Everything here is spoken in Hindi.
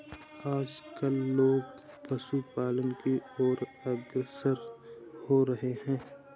आजकल लोग पशुपालन की और अग्रसर हो रहे हैं